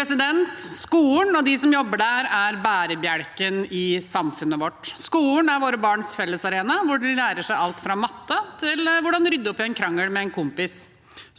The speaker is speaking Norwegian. leder): Skolen og de som jobber der, er bærebjelken i samfunnet vårt. Skolen er våre barns fellesarena, hvor de lærer seg alt fra matte til hvordan en rydder opp i en krangel med en kompis.